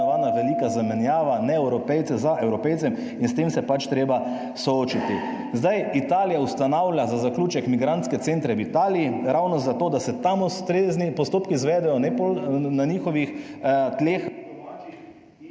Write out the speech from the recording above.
velika zamenjava, Neevropejce za Evropejce in s tem se je pač treba soočiti. Zdaj, Italija ustanavlja za zaključek migrantske centre v Italiji ravno zato, da se tam ustrezni postopki izvedejo, ne, na njihovih tleh